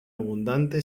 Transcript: abundante